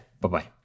Bye-bye